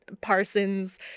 Parsons